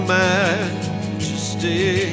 majesty